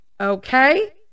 okay